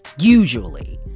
usually